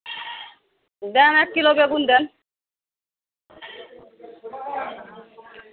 দেন এক কিলো বেগুন দেন